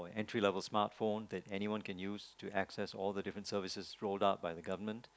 entry level smartphone that anyone can use to access all the different services rolled out by the government